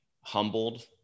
humbled